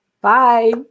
Bye